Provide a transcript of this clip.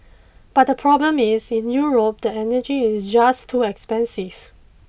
but the problem is in Europe the energy is just too expensive